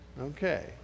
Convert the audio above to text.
Okay